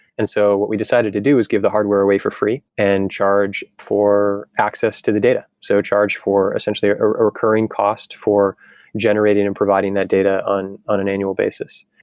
and so what we decided to do is give the hardware away for free and charge for access to the data. so charge for essentially a ah recurring cost for generating and providing that data on on an annual basis.